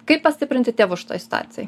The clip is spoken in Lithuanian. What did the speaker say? kaip pastiprinti tėvus šitoj situacijoj